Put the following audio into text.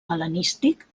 hel·lenístic